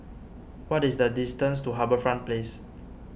what is the distance to HarbourFront Place